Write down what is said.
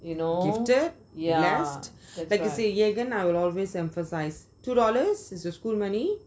gifted blessed that to say jegan I will always emphasise two dollars is your school money